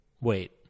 wait